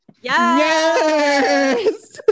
yes